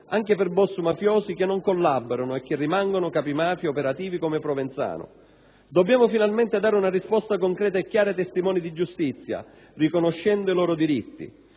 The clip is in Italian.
anche per boss mafiosi che non collaborano e che rimangono capimafia operativi come Provenzano. Dobbiamo finalmente dare una risposta concreta e chiara ai testimoni di giustizia riconoscendo i loro diritti.